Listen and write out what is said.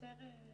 פרטיים?